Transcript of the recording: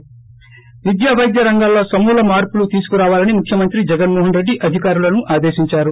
ి విద్యా పైద్య రంగాల్లో సమూల మార్పులు తీసుకురావాలని ముఖ్యమంత్రి జగన్మో హన్రెడ్డి అధికారులను ఆదేశించారు